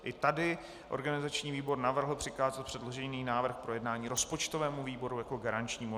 I tady organizační výbor navrhl přikázat předložený návrh k projednání rozpočtovému výboru jako garančnímu.